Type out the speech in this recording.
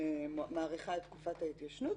מאריכה את תקופת ההתיישנות,